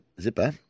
Zipper